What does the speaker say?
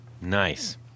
Nice